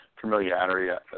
familiarity